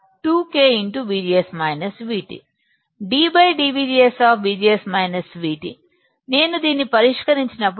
so 2K ddVGS నేను దీన్ని పరిష్కరించినప్పుడు